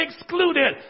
excluded